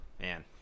Man